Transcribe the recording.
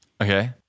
Okay